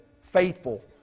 faithful